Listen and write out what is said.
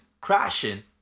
crashing